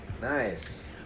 Nice